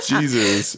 Jesus